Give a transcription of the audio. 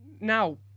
now